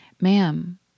Ma'am